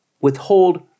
withhold